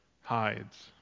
hides